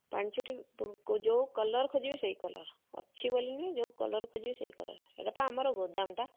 ପାଞ୍ଚଟି ଯେଉଁ କଲର୍ ଖୋଜିବେ ସେଇ କଲର୍ ଅଛି ବୋଲିନି ଯେଉଁ କଲର୍ ଖୋଜିବେ ସେଇ କଲର୍ ଏଇଟା ପା ଆମର ଗୋଦାମଟା